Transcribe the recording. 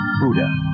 Buddha